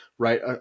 right